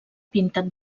pintat